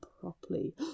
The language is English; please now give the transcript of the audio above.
properly